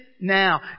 now